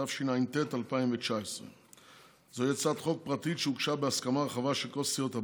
התשע"ט 2019. זוהי הצעת חוק פרטית שהוגשה בהסכמה רחבה של כל סיעות הבית,